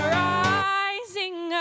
rising